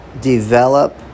develop